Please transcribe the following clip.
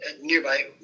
nearby